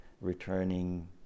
returning